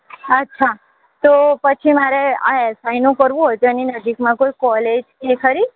અચ્છા તો પછી મારે આ એસ આઇનું કરવું હોય તો એની નજીકમાં કોઈ કોલેજ કે ખરી